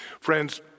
Friends